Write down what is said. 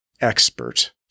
expert